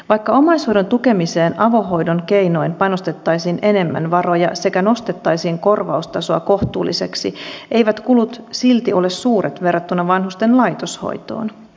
vaikka omaishoidon tukemiseen avohoidon keinoin panostettaisiin enemmän varoja sekä nostettaisiin korvaustasoa kohtuulliseksi eivät kulut silti ole suuret verrattuna vanhusten laitoshoitoon